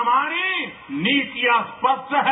हमारी नीतियां स्पष्ट है